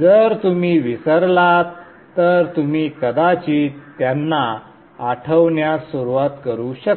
जर तुम्ही विसरलात तर तुम्ही कदाचित त्यांना आठवण्यास सुरुवात करू शकता